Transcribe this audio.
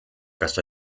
kas